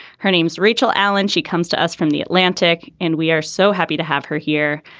her name is rachel allen she comes to us from the atlantic and we are so happy to have her here.